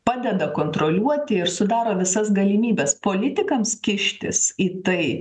padeda kontroliuoti ir sudaro visas galimybes politikams kištis į tai